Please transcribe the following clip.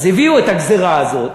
אז הביאו את הגזירה הזאת.